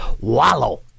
wallow